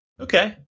Okay